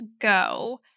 go